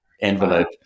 envelope